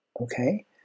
Okay